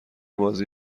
بازی